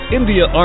India